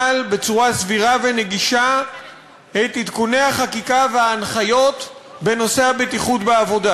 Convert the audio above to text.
בצורה סבירה ונגישה את עדכוני החקיקה וההנחיות בנושא הבטיחות בעבודה,